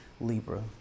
Libra